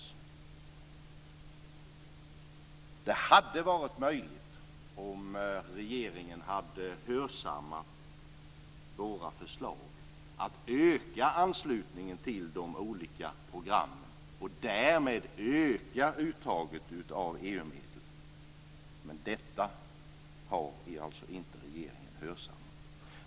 Om regeringen hade hörsammat våra förslag hade det varit möjligt att öka anslutningen till de olika programmen och därmed öka uttaget av EU-medel, men det har regeringen inte gjort.